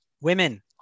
Women